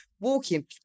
Walking